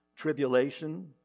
Tribulation